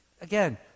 Again